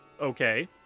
okay